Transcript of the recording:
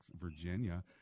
Virginia